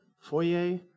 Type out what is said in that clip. foyer